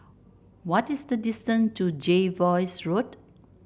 what is the distance to Jervois Road